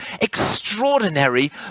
extraordinary